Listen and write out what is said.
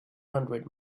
hundred